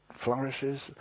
flourishes